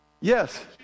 Yes